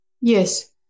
Yes